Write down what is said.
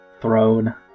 throne